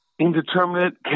indeterminate